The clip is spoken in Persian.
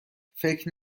فکر